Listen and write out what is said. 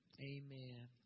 Amen